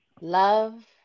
Love